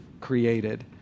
created